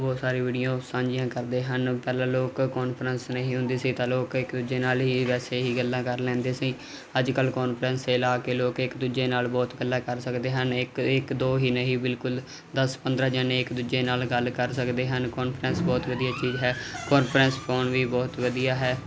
ਬਹੁਤ ਸਾਰੀ ਵੀਡੀਓ ਸਾਂਝੀਆਂ ਕਰਦੇ ਹਨ ਪਹਿਲਾ ਲੋਕ ਕਾਨਫਰੰਸ ਨਹੀਂ ਹੁੰਦੀ ਸੀ ਤਾਂ ਲੋਕ ਇੱਕ ਦੂਜੇ ਨਾਲ ਹੀ ਵੈਸੇ ਹੀ ਗੱਲਾਂ ਕਰ ਲੈਂਦੇ ਸੀ ਅੱਜ ਕੱਲ ਕੋਂਨਫਰੰਸ ਤੇ ਲਾ ਕੇ ਲੋਕ ਇੱਕ ਦੂਜੇ ਨਾਲ ਬਹੁਤ ਗੱਲਾਂ ਕਰ ਸਕਦੇ ਹਨ ਇੱਕ ਇੱਕ ਦੋ ਹੀ ਨਹੀਂ ਬਿਲਕੁਲ ਦਸ ਪੰਦਰਾਂ ਜਣੇ ਇੱਕ ਦੂਜੇ ਨਾਲ ਗੱਲ ਕਰ ਸਕਦੇ ਹਨ ਕੋਂਨਫਰੰਸ ਬਹੁਤ ਵਧੀਆ ਚੀਜ਼ ਹੈ ਕੋਂਨਫਰੰਸ ਫੋਨ ਵੀ ਬਹੁਤ ਵਧੀਆ ਹੈ